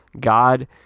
God